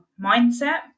mindset